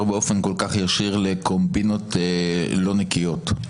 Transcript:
באופן כל כך ישיר לקומבינות לא נקיות.